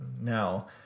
now